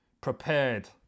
prepared